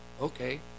okay